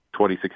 2016